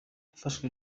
yafashwe